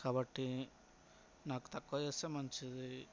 కాబట్టి నాకు తక్కువ చేస్తే మంచిది